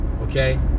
okay